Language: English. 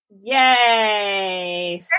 yay